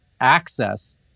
access